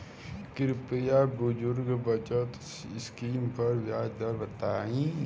कृपया बुजुर्ग बचत स्किम पर ब्याज दर बताई